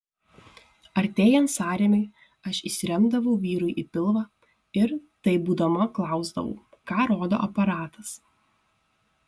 artėjant sąrėmiui aš įsiremdavau vyrui į pilvą ir taip būdama klausdavau ką rodo aparatas